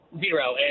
Zero